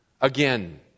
again